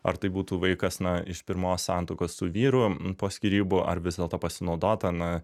ar tai būtų vaikas na iš pirmos santuokos su vyru po skyrybų ar vis dėlto pasinaudota na